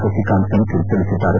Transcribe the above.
ಸಸಿಕಾಂತ್ ಸೆಂಥಿಲ್ ತಿಳಿಸಿದ್ದಾರೆ